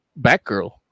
Batgirl